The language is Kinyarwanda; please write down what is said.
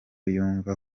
yumva